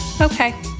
Okay